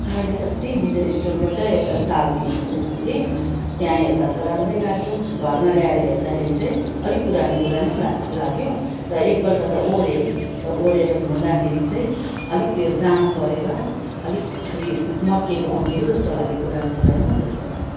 मैले अस्ति विजय स्टोरबाट एउटा सल किनेर ल्याएको थिएँ त्यहाँ हेर्दा त राम्रै लाग्यो घरमा ल्याएर हेर्दाखेरि चाहिँ अलिक पुरानो पुरानो ला लाग्यो र एकपल्ट त ओढे त ओढेर धुँदाखेरि चाहिँ अलिक त्यो जाम परेर अलिक फेरि मक्किएको मक्किएको जस्तो लाग्यो पुरानो पुरानो जस्तो लाग्यो